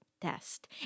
test